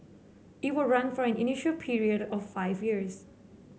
it will run for an initial period of five years